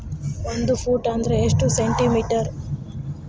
ಒಂದು ಫೂಟ್ ಅಂದ್ರ ಎಷ್ಟು ಸೆಂಟಿ ಮೇಟರ್?